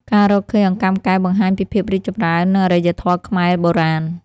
ការរកឃើញអង្កាំកែវបង្ហាញពីភាពរីកចម្រើន និងអរិយធម៌ខ្មែរបុរាណ។